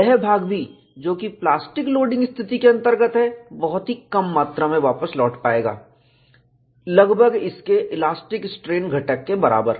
वह भाग भी जो कि प्लास्टिक लोडिंग स्तिथि के अंतर्गत है बहुत ही कम मात्रा में वापस लौट पायेगा लगभग इसके इलास्टिक स्ट्रेन घटक के बराबर